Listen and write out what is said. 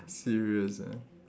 serious ah